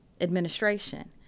administration